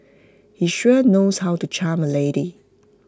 he sure knows how to charm A lady